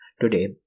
Today